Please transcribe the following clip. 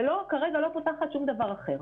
וכרגע לא פותחת שום דבר אחר.